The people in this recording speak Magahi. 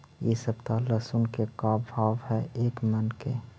इ सप्ताह लहसुन के का भाव है एक मन के?